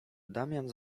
damian